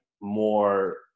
more